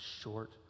short